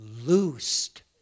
loosed